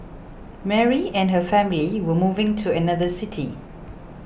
Mary and her family were moving to another city